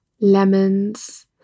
lemons